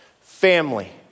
Family